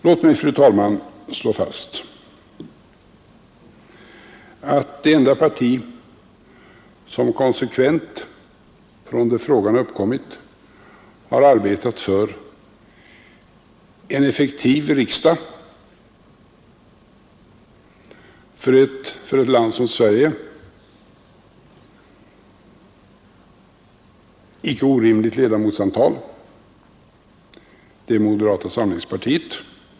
Låt mig, fru talman, slå fast att det enda parti som konsekvent, från det frågan uppkommit, har arbetat för en effektiv riksdag med ett för ett land som Sverige icke orimligt ledamotsantal är moderata samlingspartiet.